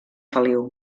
feliu